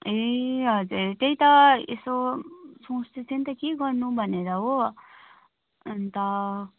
ए हजुर त्यही त यसो सोच्दै थिएँ नि त के गर्नु भनेर हो अन्त